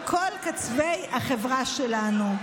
מכל קצווי החברה שלנו.